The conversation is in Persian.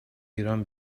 ایران